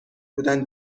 بودن